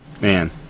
Man